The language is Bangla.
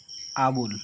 আবুল